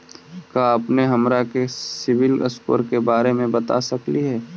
का अपने हमरा के सिबिल स्कोर के बारे मे बता सकली हे?